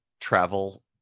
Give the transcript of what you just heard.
travel